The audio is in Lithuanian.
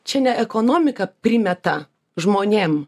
čia ne ekonomika primeta žmonėm